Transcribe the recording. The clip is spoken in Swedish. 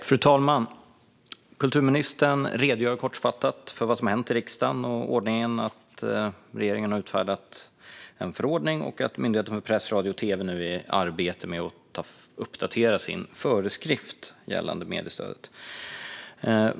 Fru talman! Kulturministern redogör kortfattat för vad som hänt i riksdagen, att regeringen har utfärdat en förordning och att Myndigheten för press, radio och tv nu är i arbete med att uppdatera sin föreskrift gällande mediestödet.